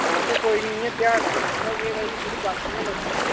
हां तां कोई नीं इ'यां ध्यान रक्खना थोह्ड़ा के भाई थोह्ड़ी बस इ'यां लोकें गी